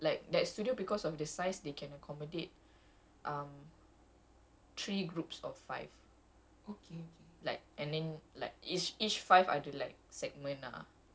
um okay so it depends on the studio but like that studio because of the size they can accommodate um three groups of five